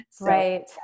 Right